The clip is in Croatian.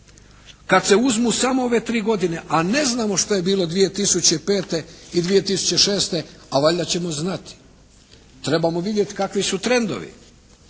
Kad se uzmu samo ove tri godine, a ne znamo što je bilo 2005. i 2006., a valjda ćemo znati. Trebamo vidjeti kakvi su trendovi.